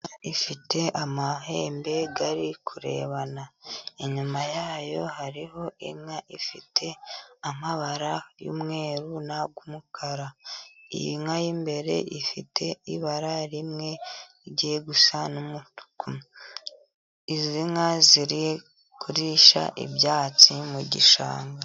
Ifite amahembe ari kurebana, inyuma yayo hariho inka ifite amabara y'umweru n'ay'umukara. Iyi nka y'imbere ifite ibara rimwe rigiye gusa n'umutuku. Izi nka ziri kurisha ibyatsi mu gishanga.